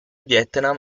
vietnam